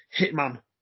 Hitman